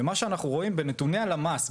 ומה שאנחנו רואים בנתוני הלמ"ס,